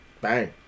bang